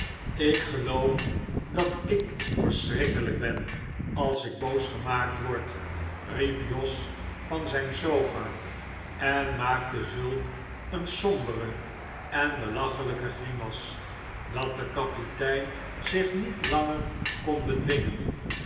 ik geloof dat ik verschrikkelijk ben als ik boos gemaakt word riep jos van zijn sofa en maakte zulk een sombere en belachelijke grimas dat de kapitein zich niet langer kon bedwingen